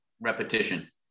repetition